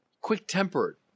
Quick-tempered